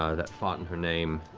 ah that fought in her name,